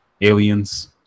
aliens